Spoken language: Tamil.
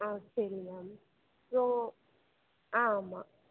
ஆ சரி மேம் ஓ ஆ ஆமாம்